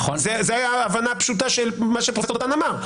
זו הייתה ההבנה הפשוטה של מה שפרופסור דותן אמר.